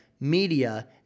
media